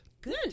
Good